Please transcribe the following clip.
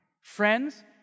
Friends